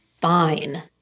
fine